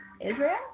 Israel